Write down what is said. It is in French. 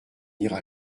ira